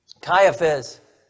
Caiaphas